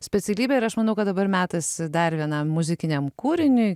specialybė ir aš manau kad dabar metas dar vienam muzikiniam kūriniui